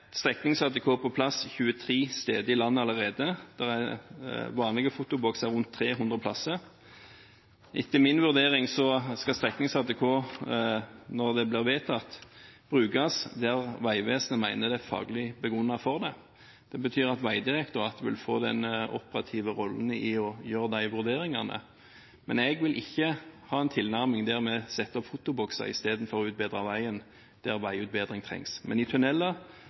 streknings-ATK på plass 23 steder i landet allerede, og det er vanlige fotobokser rundt 300 steder. Etter min vurdering skal streknings-ATK, når det blir vedtatt, brukes der Vegvesenet mener det er faglige begrunnelser for det. Det betyr at Vegdirektoratet vil få den operative rollen med hensyn til å gjøre de vurderingene. Jeg vil ikke ha en tilnærming der vi setter ut fotobokser istedenfor å utbedre veien der veiutbedring trengs, men i